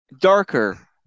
darker